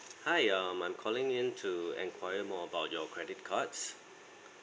hi um I'm calling in to enquire more about your credit cards